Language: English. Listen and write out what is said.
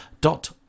dot